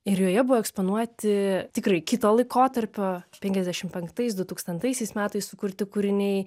ir joje buvo eksponuoti tikrai kito laikotarpio penkiasdešimt penktais dutūkstantaisiais metais sukurti kūriniai